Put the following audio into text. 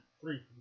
three